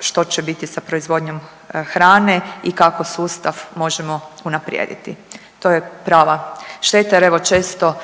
što će biti sa proizvodnjom hrane i kako sustav možemo unaprijediti. To je prava šteta jer evo često